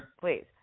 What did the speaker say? please